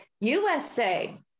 USA